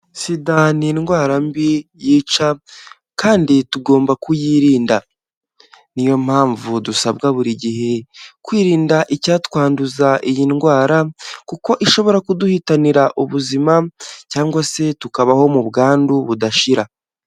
Sida ni indwara mbi yica kandi tugomba kuyirinda niyo mpamvu dusabwa buri gihe kwirinda icyatwanduza iyi ndwara kuko ishobora kuduhitanira ubuzima cyangwa se tukabaho mu bwandu budashira.